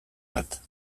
bat